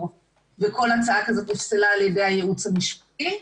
וכל הצעה כזאת נפסלה על ידי הייעוץ המשפטי,